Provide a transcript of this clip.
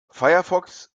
firefox